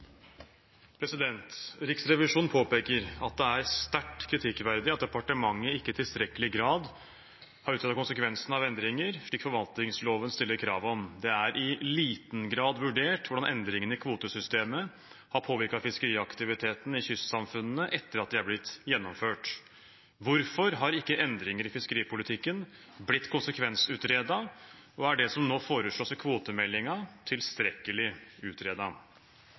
påpeker at det er sterkt kritikkverdig at departementet ikke i tilstrekkelig grad har utredet konsekvensene av endringer, slik forvaltningsloven stiller krav om. Det er i liten grad vurdert hvordan endringene i kvotesystemet har påvirket fiskeriaktiviteten i kystsamfunnene etter at de er blitt gjennomført. Hvorfor har ikke endringer i fiskeripolitikken blitt konsekvensutredet, og er det som foreslås i kvotemeldinga nå, tilstrekkelig